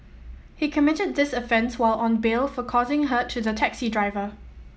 he committed this offence while on bail for causing hurt to the taxi driver